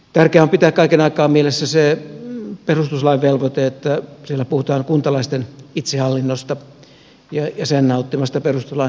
tärkeää on pitää kaiken aikaa mielessä se perustuslain velvoite että siellä puhutaan kuntalaisten itsehallinnosta ja sen nauttimasta perustuslain suojasta